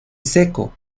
seco